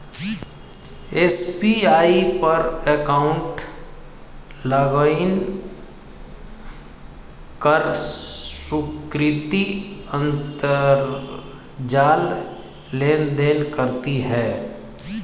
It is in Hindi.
एस.बी.आई पर अकाउंट लॉगइन कर सुकृति अंतरजाल लेनदेन करती है